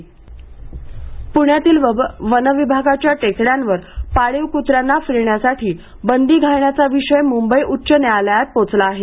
पाळीव प्राणी प्ण्यातील वन विभागाच्या टेकड्यांवर पाळीव कुत्र्यांना फिरण्यासाठी बंदी घालण्याचा विषय मुंबई उच्च न्यायालयात पोचला आहे